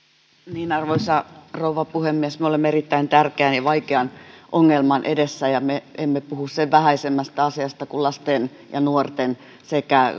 arvoisa rouva puhemies me olemme erittäin tärkeän ja vaikean ongelman edessä ja me emme puhu sen vähäisemmästä asiasta kuin lasten ja nuorten sekä